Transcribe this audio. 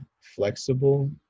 flexible